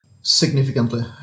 Significantly